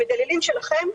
המדללים שלכם,